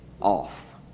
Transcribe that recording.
off